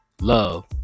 love